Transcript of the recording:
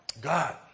God